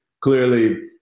Clearly